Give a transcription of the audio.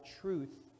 truth